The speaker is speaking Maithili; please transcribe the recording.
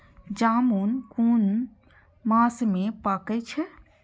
जामून कुन मास में पाके छै?